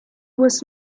was